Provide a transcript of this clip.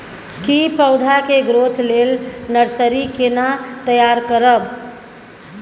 की पौधा के ग्रोथ लेल नर्सरी केना तैयार करब?